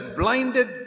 blinded